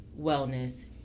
wellness